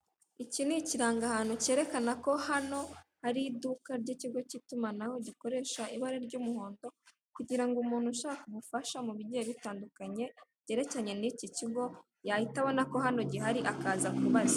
Iki ni ikirangahantu kerekana ko hano hari iduka ry'ikigo cy'itumanaho gikoresha ibara ry'umuhondo kugira ngo umuntu ushaka ubufasha mu bigiye bitandukanye byerekeranye n'iki kigo yahita abona ko hano gihari akaza kubaza.